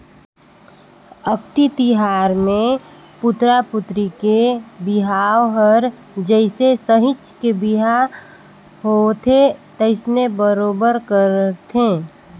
अक्ती तिहार मे पुतरा पुतरी के बिहाव हर जइसे सहिंच के बिहा होवथे तइसने बरोबर करथे